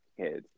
kids